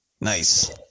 Nice